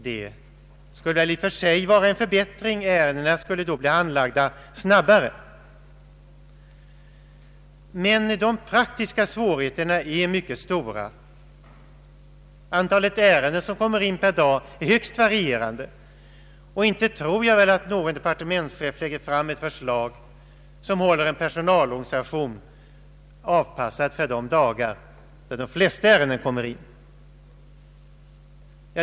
Det skulle väl i och för sig vara en förbättring — ärendena skulle då bli handlagda snabbare — men de praktiska svårigheterna är mycket stora. Antalet ärenden som kommer in per dag är högst varierande. Och inte tror jag väl att någon departementschef lägger fram ett förslag som håller en personalorganisation avpassad för de dagar då de flesta ärendena kommer in.